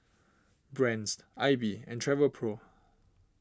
Brand's Aibi and Travelpro